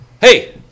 Hey